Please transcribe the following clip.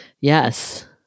yes